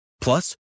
Plus